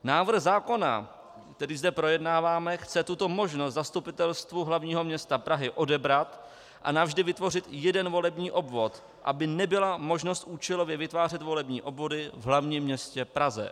Návrh zákona, který zde projednáváme, chce tuto možnost Zastupitelstvu hlavního města Prahy odebrat a navždy vytvořit jeden volební obvod, aby nebyla možnost účelově vytvářet volební obvody v hlavním městě Praze.